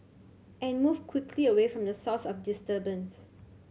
and move quickly away from the source of the disturbance